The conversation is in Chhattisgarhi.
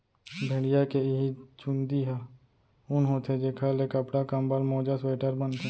भेड़िया के इहीं चूंदी ह ऊन होथे जेखर ले कपड़ा, कंबल, मोजा, स्वेटर बनथे